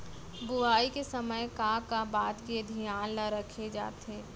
बुआई के समय का का बात के धियान ल रखे जाथे?